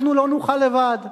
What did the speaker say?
אנחנו לא נוכל לבד.